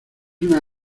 una